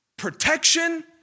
protection